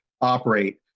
operate